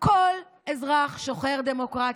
כל אזרח שוחר דמוקרטיה,